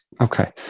okay